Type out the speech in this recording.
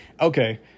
okay